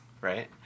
right